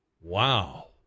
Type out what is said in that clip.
Wow